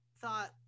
thought